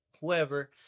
whoever